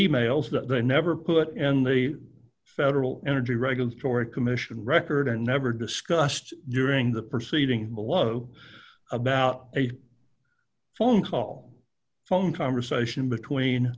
e mails that they never could and the federal energy regulatory commission record never discussed during the proceeding below about a phone call phone conversation between